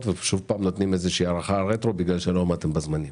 ושוב פעם נותנים איזושהי הארכה רטרו בגלל שלא עמדתם בזמנים.